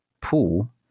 pool